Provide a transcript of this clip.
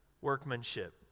workmanship